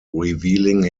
revealing